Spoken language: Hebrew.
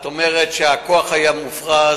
את אומרת שהכוח היה מופרז,